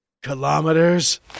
Kilometers